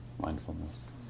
mindfulness